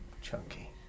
Chunky